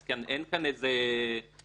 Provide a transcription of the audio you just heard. אז אין כאן איזה משהו